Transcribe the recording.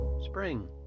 spring